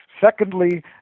Secondly